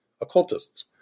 occultists